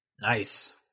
Nice